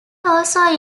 also